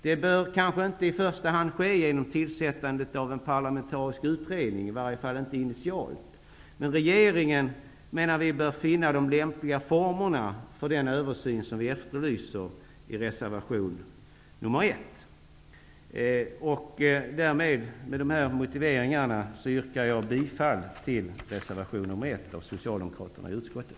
Det bör kanske inte i första hand ske genom tillsättandet av en parlamentarisk utredning, i varje fall inte initialt, men vi menar att regeringen bör finna de lämpliga formerna för den översyn som vi efterlyser i reservation nr 1. Med de här motiveringarna yrkar jag bifall till reservation nr 1 av socialdemokraterna i utskottet.